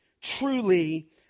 truly